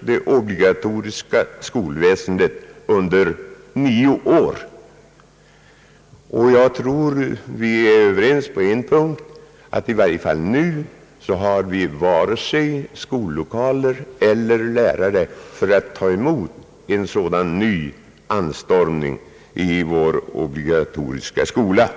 det obligatoriska skolväsendet under nio år. Jag tror att vi måste vara överens på den punkten, att vi i varje fall nu varken har skollokaler eller lärare för att möta en sådan anstormning till den obligatoriska skolan.